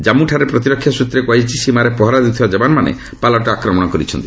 ଜାଞ୍ଗୁଠାରେ ପ୍ରତିରକ୍ଷା ସ୍ତ୍ରରେ କୁହାଯାଇଛି ସୀମାରେ ପହରା ଦେଉଥିବା ଯବାନମାନେ ପାଲଟା ଆକ୍ରମଣ କରିଛନ୍ତି